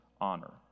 honor